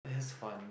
eh that's fun